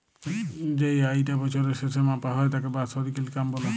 যেই আয়িটা বছরের শেসে মাপা হ্যয় তাকে বাৎসরিক ইলকাম ব্যলে